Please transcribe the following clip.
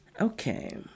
Okay